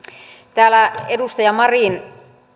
täällä edustaja marin